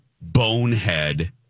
bonehead